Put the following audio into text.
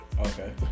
okay